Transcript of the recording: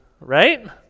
right